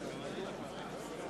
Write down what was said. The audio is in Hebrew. (קורא בשמות חברי הכנסת)